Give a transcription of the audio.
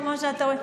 כמו שאתה רואה.